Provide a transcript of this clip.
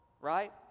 Right